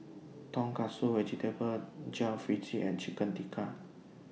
Tonkatsu Vegetable Jalfrezi and Chicken Tikka